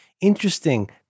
interesting